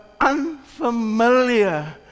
unfamiliar